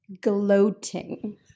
gloating